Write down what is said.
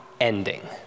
ending